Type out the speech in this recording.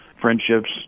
friendships